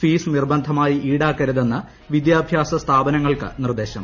fees നിർബന്ധമായി ഈടാക്കരുതെന്ന് വിദ്യാഭ്യാസ സ്ഥാപനങ്ങൾക്ക് നിർദേശം